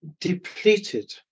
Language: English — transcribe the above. depleted